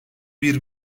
bir